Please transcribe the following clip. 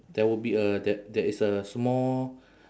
there will be a there there is a small